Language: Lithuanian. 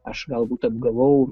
aš galbūt apgavau